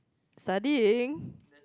studying